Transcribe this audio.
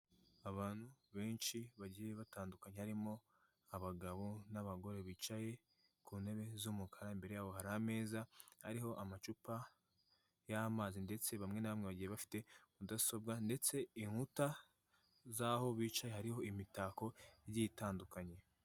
Abantu benshi bagiye batandukanye, harimo abagabo n'abagore bicaye ku ntebe z'umukara, imbere yabo hari ameza ariho amacupa y'amazi, ndetse bamwe na bamwe bagiye bafite mudasobwa, ndetse inkuta z'aho bicaye hariho imitako igiye itandukanye.